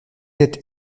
êtes